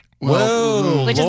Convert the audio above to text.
Whoa